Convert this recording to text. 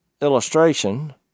illustration